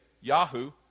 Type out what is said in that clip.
Yahoo